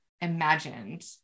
imagined